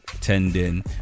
tendon